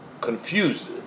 confused